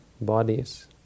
bodies